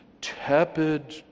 tepid